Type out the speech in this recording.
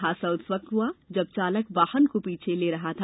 हादसा उस वक्त हुआ जब चालक वाहन को पीछे ले रहा था